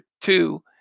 two